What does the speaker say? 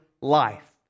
life